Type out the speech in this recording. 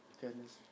Goodness